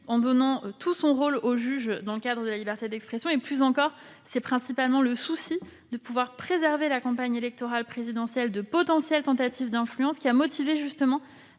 en donnant tout son rôle au juge dans le cadre de la liberté d'expression. C'est principalement le souci de préserver la campagne électorale présidentielle de potentielles tentatives d'influence qui a motivé